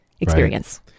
experience